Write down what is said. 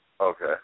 Okay